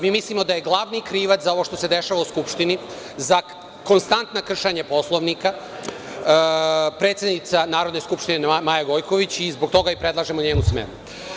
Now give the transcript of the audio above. Mi mislimo da je glavni krivac za ovo što se dešava u Skupštini, za konstantno kršenje Poslovnika, predsednica Narodne skupštine Maja Gojković i zbog toga predlažemo njenu smenu.